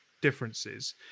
differences